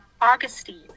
Augustine